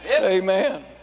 Amen